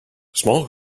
small